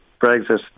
Brexit